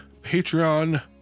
Patreon